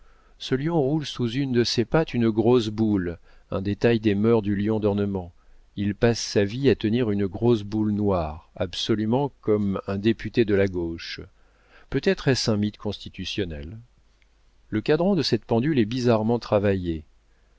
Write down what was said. ce lion roule sous une de ses pattes une grosse boule un détail des mœurs du lion d'ornement il passe sa vie à tenir une grosse boule noire absolument comme un député de la gauche peut-être est-ce un mythe constitutionnel le cadran de cette pendule est bizarrement travaillé